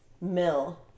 mill